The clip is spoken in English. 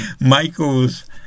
Michaels